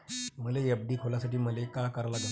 मले एफ.डी खोलासाठी मले का करा लागन?